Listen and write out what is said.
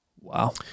Wow